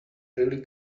really